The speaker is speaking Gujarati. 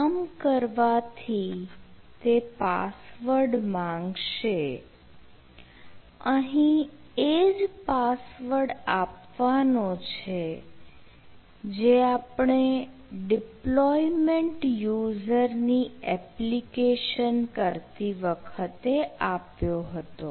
આમ કરવાથી તે પાસવર્ડ માંગશે અહીં એ જ પાસવર્ડ આપવાનો છે જે આપણે ડિપ્લોયમેન્ટ યુઝરની એપ્લિકેશન કરતી વખતે આપ્યો હતો